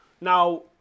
Now